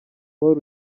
paul